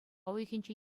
уйӑхӗнче